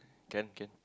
can can